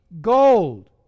gold